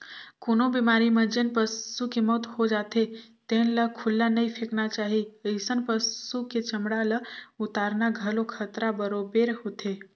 कोनो बेमारी म जेन पसू के मउत हो जाथे तेन ल खुल्ला नइ फेकना चाही, अइसन पसु के चमड़ा ल उतारना घलो खतरा बरोबेर होथे